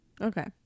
Okay